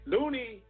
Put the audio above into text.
Looney